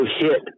hit